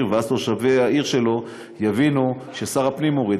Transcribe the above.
ואז תושבי העיר שלו יבינו ששר הפנים הוריד,